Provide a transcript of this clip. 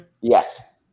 Yes